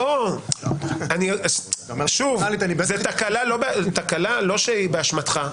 זה תקלה לא שהיא באשמתך,